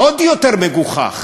עוד יותר מגוחך,